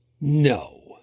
No